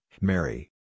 Mary